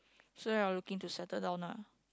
so you're looking to settle down lah